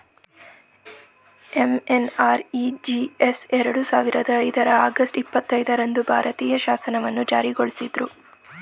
MNREGS ಎರಡು ಸಾವಿರದ ಐದರ ಆಗಸ್ಟ್ ಇಪ್ಪತ್ತೈದು ರಂದು ಭಾರತೀಯ ಶಾಸನವನ್ನು ಜಾರಿಗೊಳಿಸಿದ್ರು